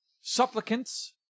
supplicants